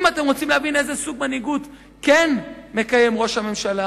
אם אתם רוצים להבין איזה סוג מנהיגות כן מקיים ראש הממשלה,